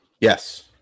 Yes